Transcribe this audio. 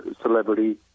celebrity